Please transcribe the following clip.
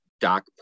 doc